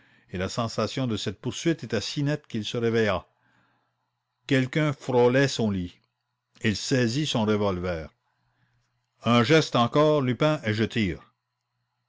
et la sensation de cette poursuite était si nette qu'il se réveilla quelqu'un frôlait son lit il saisit son revolver un geste encore lupin et je